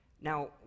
Now